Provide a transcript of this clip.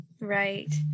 right